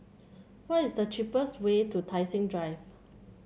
what is the cheapest way to Tai Seng Drive